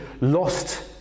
lost